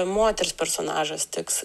moters personažas tiks